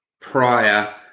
prior